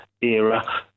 era